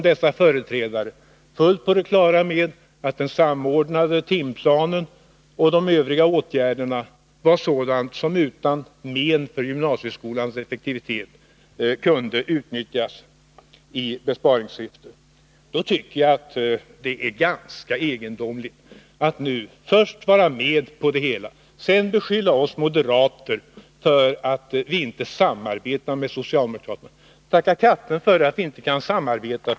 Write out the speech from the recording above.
Dessa företrädare var också fullt på det klara med att den samordnade timplanen och de övriga åtgärderna var sådant som utan men för gymnasieskolans effektivitet kunde utnyttjas i besparingssyfte. Det är ganska egendomligt att socialdemokraterna först var med på det hela, men nu beskyller oss moderater för att vi inte samarbetar med dem. Tacka katten för att vi inte kan samarbeta!